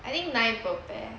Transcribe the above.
I think nine per pair